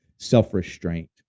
self-restraint